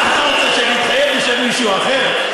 מה, אתה רוצה שאני אתחייב בשם מישהו אחר?